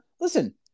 listen